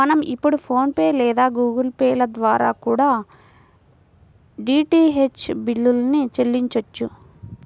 మనం ఇప్పుడు PhonePe లేదా గుగుల్ పే ల ద్వారా కూడా డీటీహెచ్ బిల్లుల్ని చెల్లించొచ్చు